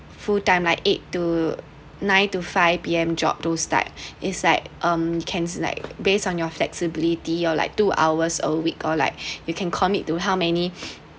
full time like eight to nine to five P_M job those type is like um can like based on your flexibility or like two hours a week or like you can commit to how many